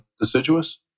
deciduous